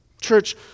Church